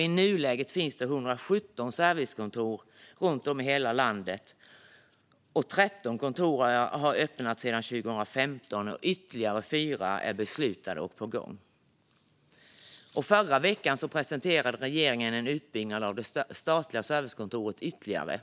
I nuläget finns 117 servicekontor runt om i hela landet, 13 kontor har öppnat sedan 2015, och ytterligare 4 är beslutade och på gång. Förra veckan presenterade regeringen en ytterligare utbyggnad av de statliga servicekontoren,